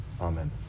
Amen